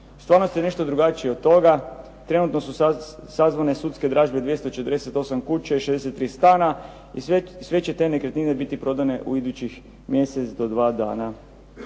Stvarnost je nešto drugačija od toga. Trenutno su sazvane sudske dražbe 248 kuća i 63 stana i sve će te nekretnine biti prodane u idućim mjesec do dva dana.